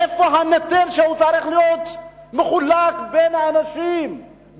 איפה הנטל שצריך להיות מחולק בין האנשים,